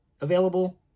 available